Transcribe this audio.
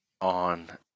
on